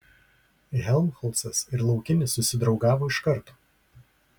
helmholcas ir laukinis susidraugavo iš karto